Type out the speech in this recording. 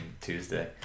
Tuesday